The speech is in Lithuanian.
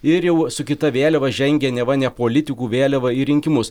ir jau su kita vėliava žengia neva ne politikų vėliava į rinkimus